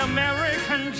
American